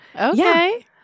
Okay